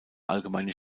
allgemeine